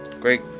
Great